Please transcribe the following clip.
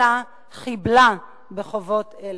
אלא חיבלה בחובות אלה.